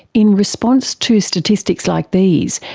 in response to statistics like these,